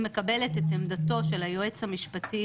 היא מקבלת את עמדתו של היועץ המשפטי